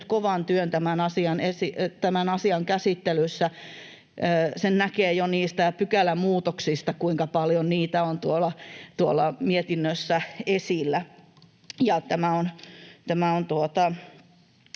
kovan työn tämän asian käsittelyssä. Sen näkee jo pykälämuutoksista, kuinka paljon niitä on tuolla mietinnössä esillä. On